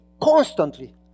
constantly